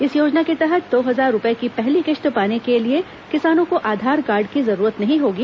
इस योजना के तहत दो हजार रूपये की पहली किश्त पाने के लिए किसानों को आधार कार्ड की जरूरत नहीं होगी